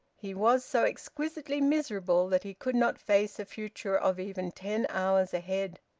he was so exquisitely miserable that he could not face a future of even ten hours ahead.